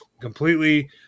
completely